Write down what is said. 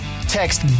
Text